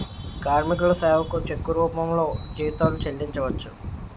కార్మికుల సేవకు చెక్కు రూపంలో జీతాలు చెల్లించవచ్చు